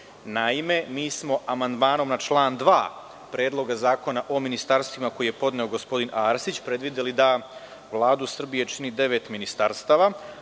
24.Naime, mi smo amandmanom na član 2. Predloga zakona o ministarstvima, koji je podneo gospodin Arsić, predvideli da Vladu Srbije čini devet ministarstava.